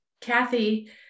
Kathy